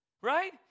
Right